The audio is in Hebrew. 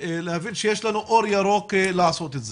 ולהבין שיש לנו אור ירוק לעשות את זה.